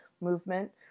movement